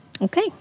Okay